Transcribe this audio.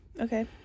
Okay